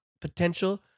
potential